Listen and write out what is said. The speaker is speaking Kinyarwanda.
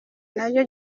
naryo